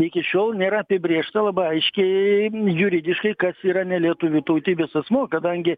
iki šiol nėra apibrėžta labai aiškiai juridiškai kas yra nelietuvių tautybės asmuo kadangi